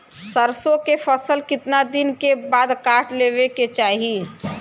सरसो के फसल कितना दिन के बाद काट लेवे के चाही?